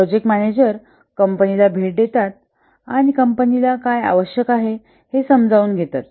project manager कंपनीला भेट देतात आणि कंपनीला काय आवश्यक आहे हे समजावून घेतात